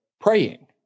praying